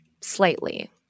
slightly